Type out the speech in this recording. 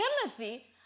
Timothy